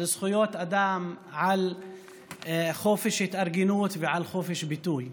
על זכויות אדם, על חופש התארגנות ועל חופש ביטוי.